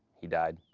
he died.